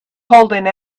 holding